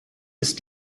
ist